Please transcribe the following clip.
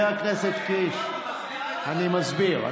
אני מסביר.